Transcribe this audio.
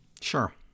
Sure